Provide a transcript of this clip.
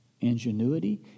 Ingenuity